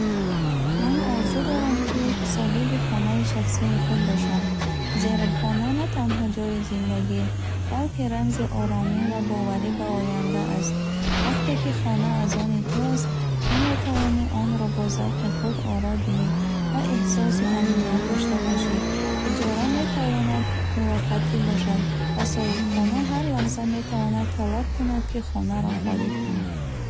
Ман орзу дорам, ки соҳиби хонаи шахсии худ бошам, зеро хона на танҳо ҷои зиндагӣ, балки рамзи оромӣ ва боварӣ ба оянда аст. Вақте ки хона аз они ту аст, ту метавонӣ онро бо завқи худ оро диҳӣ ва эҳсоси амният дошта бошӣ. Иҷора метавонад муваққатӣ бошад ва соҳибхона ҳар лаҳза метавонад талаб кунад, ки хонаро холӣ кунӣ.